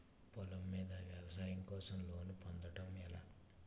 పొలం మీద వ్యవసాయం కోసం లోన్ పొందటం ఎలా?